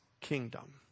kingdom